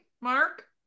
Mark